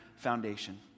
foundation